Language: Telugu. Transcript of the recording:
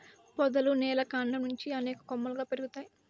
పొదలు నేల కాండం నుంచి అనేక కొమ్మలుగా పెరుగుతాయి